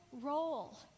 role